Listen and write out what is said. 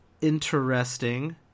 interesting